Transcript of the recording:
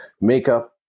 makeup